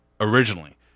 originally